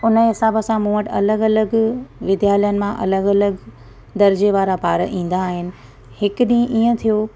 हुन हिसाबु सां मूं वटि अलॻि अलॻि विद्यालयनि मां अलॻि अलॻि दर्जे वारा ॿार ईंदा आहिनि हिकु ॾींहुं ईअं थियो